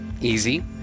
easy